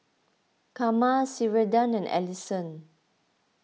Karma Sheridan and Allyson